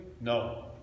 No